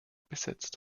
besetzt